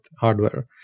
hardware